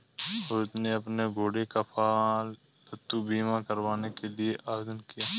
रोहित ने अपने घोड़े का पालतू बीमा करवाने के लिए आवेदन किया